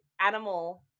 animal